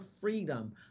freedom